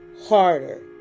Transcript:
harder